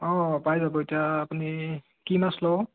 অঁ অঁ পাই যাব এতিয়া আপুনি কি মাছ লব